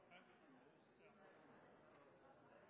Jeg tror jeg